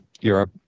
Europe